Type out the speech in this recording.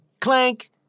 clank